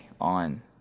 on